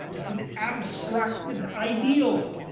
it's an abstracted ideal.